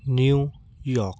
New York